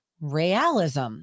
realism